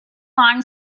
long